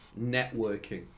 networking